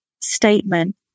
statement